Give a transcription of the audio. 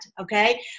Okay